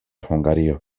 hungario